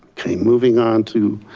okay, moving on to